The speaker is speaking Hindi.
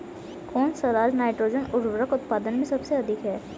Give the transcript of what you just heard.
कौन सा राज नाइट्रोजन उर्वरक उत्पादन में सबसे अधिक है?